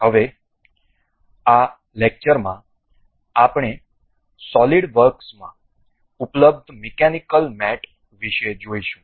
હવે આ લેક્ચરમાં આપણે સોલિડ વર્ક્સમાં ઉપલબ્ધ મિકેનિકલ મેટ વિશે જઈશું